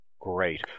Great